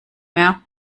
mehr